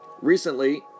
Recently